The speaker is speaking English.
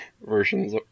versions